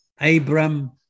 Abram